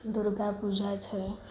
દુર્ગા પૂજા છે